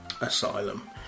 asylum